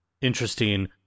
interesting